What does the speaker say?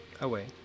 Away